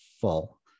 full